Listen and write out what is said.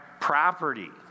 property